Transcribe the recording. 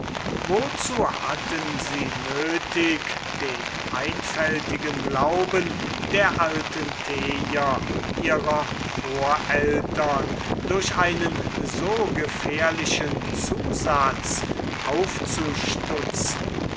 wozu hatten sie nötig den einfältigen glauben der alten tejer ihrer vorältern durch einen so gefährlichen zusatz aufzustutzen